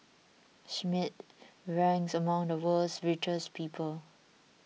Schmidt ranks among the world's richest people